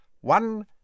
One